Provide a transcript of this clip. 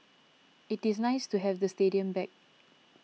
it is nice to have the stadium back